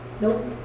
Nope